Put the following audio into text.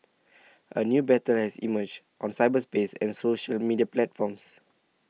a new battle has emerged on cyberspace and social media platforms